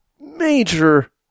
major